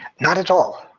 not at all.